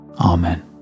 Amen